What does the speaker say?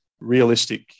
realistic